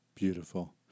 Beautiful